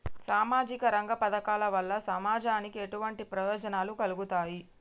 సామాజిక రంగ పథకాల వల్ల సమాజానికి ఎటువంటి ప్రయోజనాలు కలుగుతాయి?